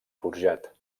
forjat